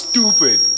Stupid